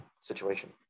situation